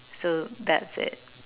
so that's it